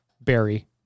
Barry